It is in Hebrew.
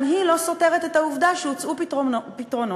גם היא לא סותרת את העובדה שהוצעו פתרונות,